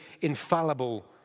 infallible